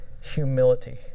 humility